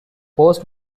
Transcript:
post